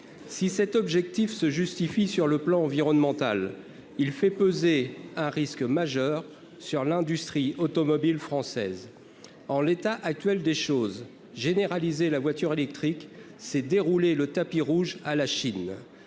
si cet objectif se justifie sur le plan environnemental, il fait peser un risque majeur sur l'industrie automobile française en l'état actuel des choses, généraliser la voiture électrique, s'est déroulé le tapis rouge à la Chine,